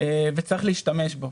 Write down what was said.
וצריך להשתמש בו.